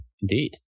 indeed